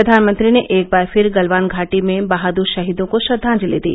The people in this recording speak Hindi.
प्रधानमंत्री ने एक बार फिर गलवान घाटी में बहाद्र शहीदों को श्रद्वांजलि दी